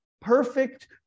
perfect